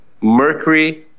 mercury